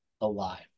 alive